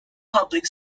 public